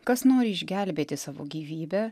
kas nori išgelbėti savo gyvybę